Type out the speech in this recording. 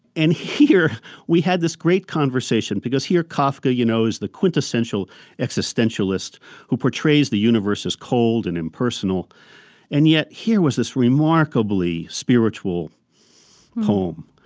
and here we had this great conversation because here kafka, you know, is the quintessential existentialist who portrays the universe as cold and impersonal and yet here was this remarkably spiritual poem